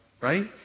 Right